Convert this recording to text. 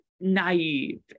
naive